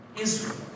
Israel